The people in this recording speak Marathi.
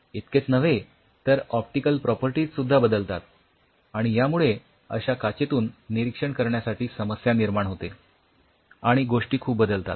इतकेच नव्हे तर ऑप्टिकल प्रॉपर्टीज सुद्धा बदलतात आणि त्यामुळे अश्या काचेतून निरीक्षण करण्यासाठी समस्या निर्माण होते आणि गोष्टी खूप बदलतात